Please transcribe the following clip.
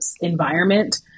environment